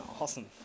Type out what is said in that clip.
Awesome